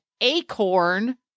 acorn